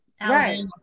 right